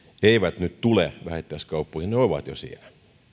eivät nyt tule vähittäiskauppoihin ne ovat jo siellä